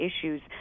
issues